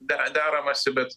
de deramasi bet